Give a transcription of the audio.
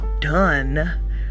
done